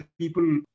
people